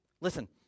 Listen